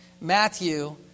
Matthew